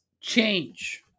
change